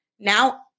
Now